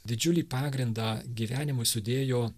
didžiulį pagrindą gyvenimui sudėjo